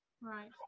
Right